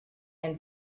and